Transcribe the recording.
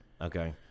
Okay